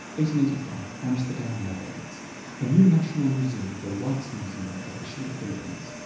eighty and eighty five, amsterdam, netherlands a new national museum, the rijks museum officially opens.